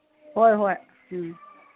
ꯍꯣꯏ ꯎꯝ